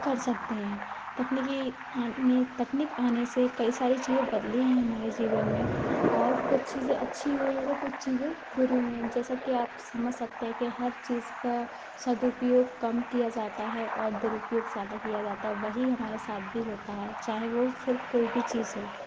कर सकते है तकनीकी तकनीक आने से कई सारी चीज़ें बदली है हमारे जीवन में और कुछ चीज़ें अच्छी हुई है तो कुछ चीज़ें बुरी हुई है जैसा की आप समझ सकते है कि हर चीज़ का सदुपयोग कम किया जाता है और दुरूपयोग ज़्यादा किया जाता है वही हमारे साथ भी होता है चाहे वो फिर कोई भी चीज हो